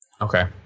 okay